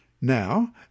Now